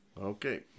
Okay